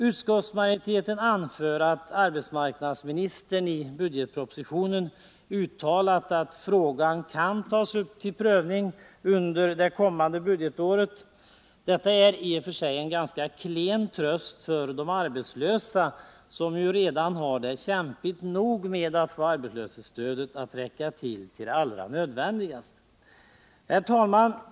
Utskottsmajoriteten anför att arbetsmarknadsministern i budgetpropositionen uttalat att frågan kan tas upp till prövning under det kommande budgetåret. Detta är i och för sig en ganska klen tröst för de arbetslösa som ju redan nu har det svårt nog att få arbetslöshetsstödet att räcka till det allra nödvändigaste. Herr talman!